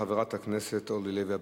חברת הכנסת אורלי לוי אבקסיס,